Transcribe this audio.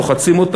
לוחצים אותם,